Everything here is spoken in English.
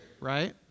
right